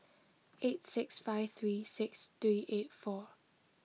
eight six five three six three eight four